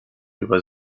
über